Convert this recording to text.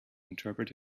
interpret